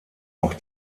auch